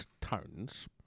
tones